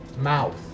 mouth